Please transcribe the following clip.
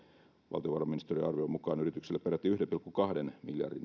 valtiovarainministeriön arvion mukaan yrityksille peräti yhden pilkku kahden miljardin euron hyöty